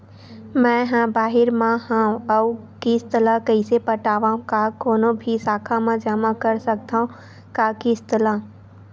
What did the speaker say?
मैं हा बाहिर मा हाव आऊ किस्त ला कइसे पटावव, का कोनो भी शाखा मा जमा कर सकथव का किस्त ला?